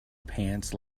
pants